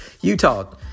Utah